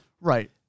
Right